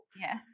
Yes